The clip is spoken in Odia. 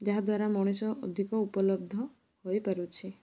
ଯାହାଦ୍ୱାରା ମଣିଷ ଅଧିକ ଉପଲବ୍ଧ ହୋଇପାରୁଛି